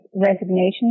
resignation